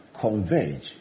converge